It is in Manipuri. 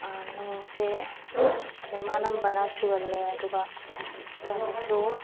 ꯅꯣꯡꯁꯦ ꯑꯗꯨꯝ ꯑꯅꯝꯕꯅ ꯆꯨꯒꯜꯂꯦ ꯑꯗꯨꯒ ꯌꯥꯝꯅꯁꯨ